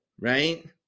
right